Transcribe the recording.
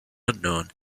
unknown